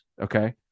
Okay